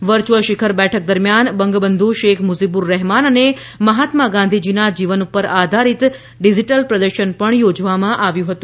વરર્યુઅલ શિખર બેઠક દરમિયાન બાંગબંધુ શેખ મુજીબુર રહેમાન અને મહાત્મા ગાંધીના જીવન પર આધારિત ડિજિટલ પ્રદર્શન યોજવામાં આવ્યું હતું